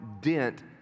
dent